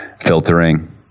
filtering